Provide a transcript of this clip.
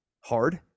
hard